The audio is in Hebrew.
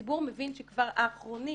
מבין שהאחרונים